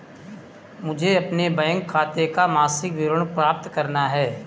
मुझे अपने बैंक खाते का मासिक विवरण प्राप्त करना है?